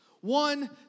one